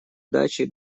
дачи